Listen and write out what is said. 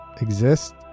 Exist